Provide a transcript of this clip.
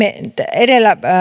edellä